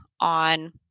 on